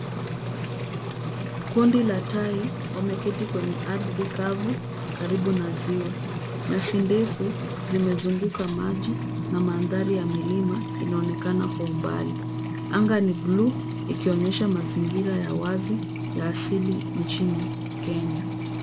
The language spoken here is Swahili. Kundi la tai limeketi kwenye ardhi kavu karibu na ziwa. Nyasi ndefu zimezunguka maji na mandhari ya milima inaonekana kwa umbali. Anga ni buluu ikionyesha mazingira ya wazi ya asili nchini Kenya.